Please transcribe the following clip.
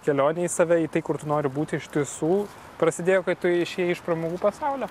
kelionė į save į tai kur tu nori būti iš tiesų prasidėjo kai tu išėjai iš pramogų pasaulio